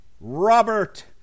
Robert